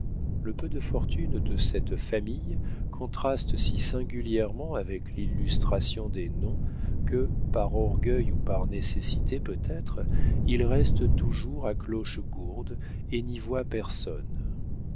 le peu de fortune de cette famille contraste si singulièrement avec l'illustration des noms que par orgueil ou par nécessité peut-être ils restent toujours à clochegourde et n'y voient personne